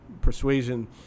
Persuasion